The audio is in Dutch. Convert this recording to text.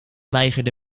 weigerde